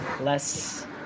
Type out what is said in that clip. less